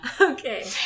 Okay